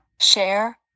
share